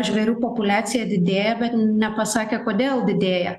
žvėrių populiacija didėja bet nepasakė kodėl didėja